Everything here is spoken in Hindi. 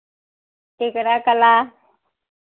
टीकरा कला